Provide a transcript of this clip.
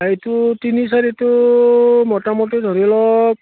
এইটো তিনি চাৰিটো মোটামুটি ধৰি লওক